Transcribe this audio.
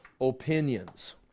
opinions